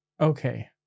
Okay